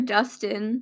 Dustin